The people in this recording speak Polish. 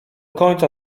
końca